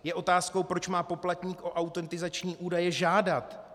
Je otázkou, proč má poplatník o autentizační údaje žádat.